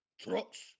trucks